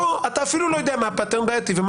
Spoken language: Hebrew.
פה אתה אפילו לא יודע מה דפוס בעייתי ומה